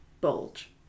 bulge